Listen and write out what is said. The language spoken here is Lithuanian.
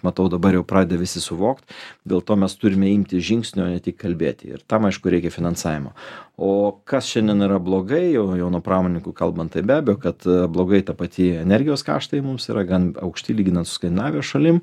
matau dabar jau pradeda visi suvokt dėl to mes turime imtis žingsnio ne tik kalbėti ir tam aišku reikia finansavimo o kas šiandien yra blogai jau jau nuo pramoninkų kalbant tai be abejo kad blogai ta pati energijos kaštai mums yra gan aukšti lyginant su skandinavijos šalin